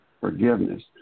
forgiveness